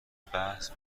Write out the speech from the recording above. بحث